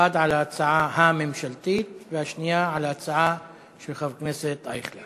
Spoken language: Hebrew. אחת על ההצעה הממשלתית והשנייה על ההצעה של חבר הכנסת אייכלר.